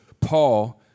Paul